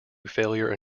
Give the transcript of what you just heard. failure